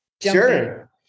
Sure